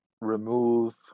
remove